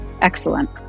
Excellent